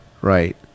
Right